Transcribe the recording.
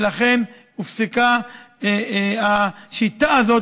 ולכן הופסקה השיטה הזו,